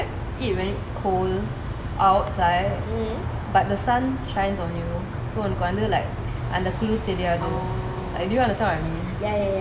I actually like it when it's cold outside but the sun shines on you so உன்னக்கு வைத்து அந்த குளுரு தெரியாது:unnaku vathu antha kuluru teriyathu like do you understand what I mean